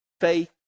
faith